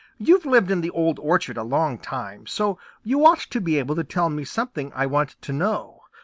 you've lived in the old orchard a long time, so you ought to be able to tell me something i want to know.